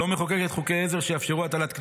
לא מחוקקת חוקי עזר שיאפשרו הטלת קנסות,